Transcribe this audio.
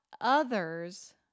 others